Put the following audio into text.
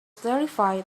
terrified